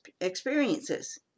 experiences